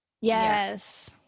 Yes